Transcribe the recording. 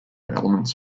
elements